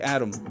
Adam